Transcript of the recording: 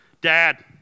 Dad